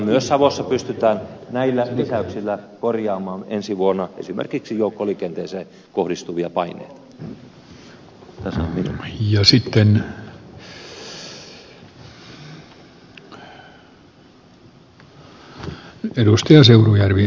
myös savossa pystytään näillä lisäyksillä korjaamaan ensi vuonna esimerkiksi joukkoliikenteeseen kohdistuvia paineita